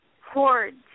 hordes